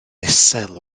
isel